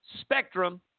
spectrum